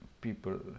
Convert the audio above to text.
people